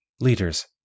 leaders